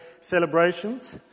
celebrations